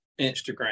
Instagram